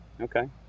Okay